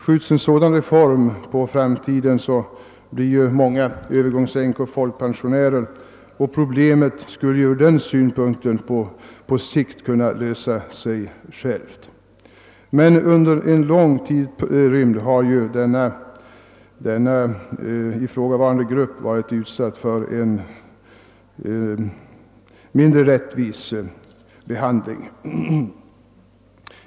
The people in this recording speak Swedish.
Skjuts en sådan reform på framtiden blir ju många övergångsänkor folkpensionärer och problemet skulle då på sikt lösa sig självt, men under en lång tidsperiod har ju den ifrågavarande gruppen varit utsatt för en mindre rättvis behandling.